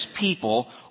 people